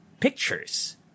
pictures